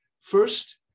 first